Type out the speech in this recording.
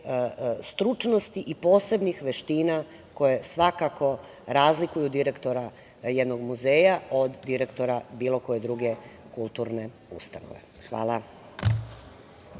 stručnosti i posebnih veština koje svakako razlikuju direktora jednog muzeja od direktora bilo koje druge kulturne ustanove. Hvala.